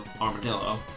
Armadillo